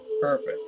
Perfect